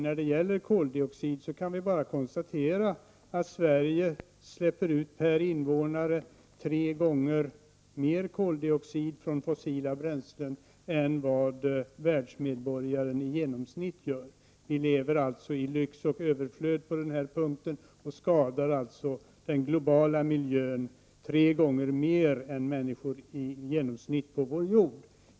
När det gäller koldioxid kan vi bara konstatera att Sverige släpper ut per invånare tre gånger så mycket från fossila bränslen som världsmedborgare i genomsnitt. Vi lever i lyx och överflöd på denna punkt och skadar alltså den globala miljön tre gånger mer än människor i genomsnitt på vår jord.